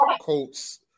Colts